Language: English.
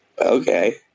okay